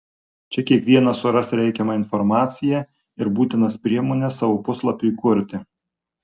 čia kiekvienas suras reikiamą informaciją ir būtinas priemones savo puslapiui kurti